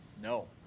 No